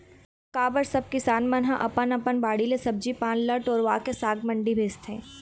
का बर सब किसान मन ह अपन अपन बाड़ी ले सब्जी पान ल टोरवाके साग मंडी भेजथे